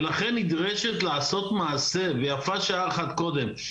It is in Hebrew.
ולכן נדרש לעשות מעשה, ויפה שעה אחת קודם.